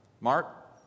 Mark